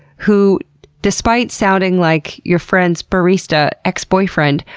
who despite sounding like your friends barista ex-boyfriend,